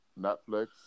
Netflix